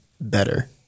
better